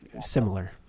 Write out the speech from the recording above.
similar